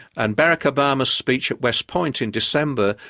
and barack obama's speech at west point in december,